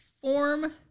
form